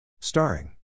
Starring